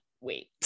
wait